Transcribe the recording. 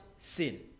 sin